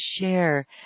share